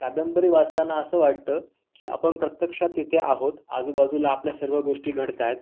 कादंबरी वाचताना असं वाटतं की आपण प्रत्यक्षात तिथे आहोत आजूबाजूला आपल्या सर्व गोष्टी घडत आहेत